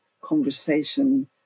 conversation